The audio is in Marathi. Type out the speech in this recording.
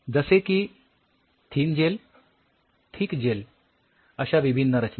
जसे की थीन जेल थीक जेल अश्या विभिन्न रचना